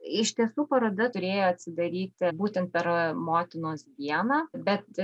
iš tiesų paroda turėjo atsidaryti būtent per motinos dieną bet